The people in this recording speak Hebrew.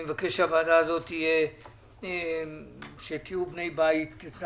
אני מבקש שתהיו בני בית בוועדה הזאת,